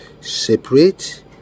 separate